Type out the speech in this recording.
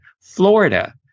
Florida